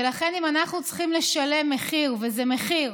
ולכן, אם אנחנו צריכים לשלם מחיר, וזה מחיר,